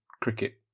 cricket